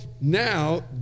now